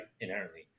inherently